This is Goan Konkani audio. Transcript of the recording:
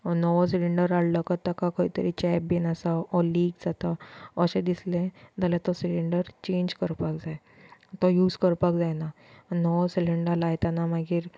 नवो सिलिंडर हाडलो कांय ताका खंय तरी चेप बीन आसा ऑर लीग जाता अशें दिसलें जाल्यार तो सिलिंडर चँज करपाक जाय तो यूज करपाक जायना नवो सिलिंडर लायतना मागीर